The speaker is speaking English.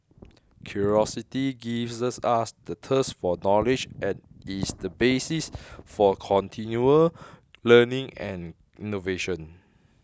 curiosity gives us the thirst for knowledge and is the basis for continual learning and innovation